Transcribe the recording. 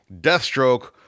Deathstroke